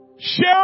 Share